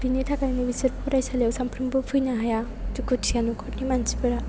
बेनि थाखायनो बिसोर फरायसालियाव सानफ्रोमबो फैनो हाया दुखुथिया न'खरनि मानसिफोरा